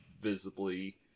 visibly